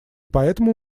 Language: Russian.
поэтому